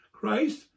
Christ